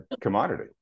commodity